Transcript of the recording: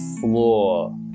floor